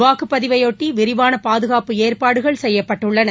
வாக்குப்பதிவை ஒட்டி விரிவான பாதுகாப்பு ஏற்பாடுகள் செய்யப்பட்டுள்ளன